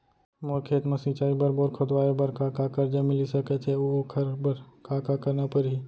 मोर खेत म सिंचाई बर बोर खोदवाये बर का का करजा मिलिस सकत हे अऊ ओखर बर का का करना परही?